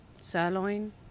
Sirloin